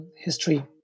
history